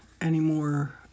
anymore